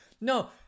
No